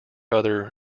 other